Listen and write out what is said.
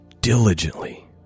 diligently